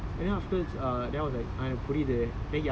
very awkward like very I don't know lah very random lah